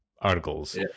Articles